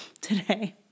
today